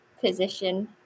position